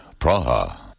Praha